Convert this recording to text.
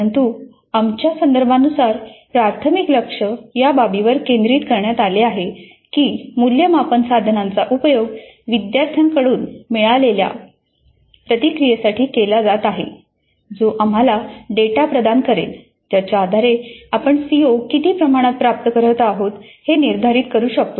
परंतु आमच्या संदर्भानुसार प्राथमिक लक्ष या बाबीवर केंद्रीत करण्यात आले आहे की मूल्यमापन साधनांचा उपयोग विद्यार्थ्यांकडून मिळालेल्या प्रतिक्रियेसाठी केला जात आहे जो आम्हाला डेटा प्रदान करेल ज्याच्या आधारे आपण सीओ किती प्रमाणात प्राप्त करत आहोत हे निर्धारित करू शकतो